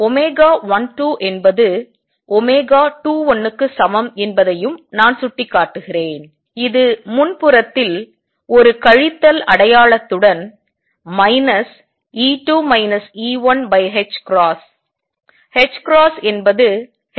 12 என்பது 21க்கு சமம் என்பதையும் நான் சுட்டிக்காட்டுகிறேன் இது முன் புறத்தில் ஒரு கழித்தல் அடையாளத்துடன் ℏ என்பது h2